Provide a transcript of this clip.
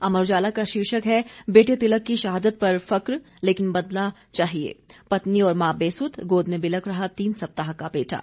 अमर उजाला का शीर्षक है बेटे तिलक की शहादत पर फक लेकिन बदला चाहिए पत्नी और मां बेसुध गोद में बिलख रहा तीन सप्ताह का बेटा